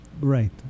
right